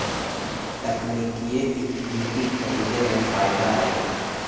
तकनिकिये इक्विटी खरीदे में फायदा हए